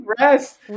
rest